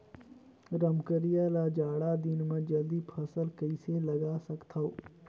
रमकलिया ल जाड़ा दिन म जल्दी फल कइसे लगा सकथव?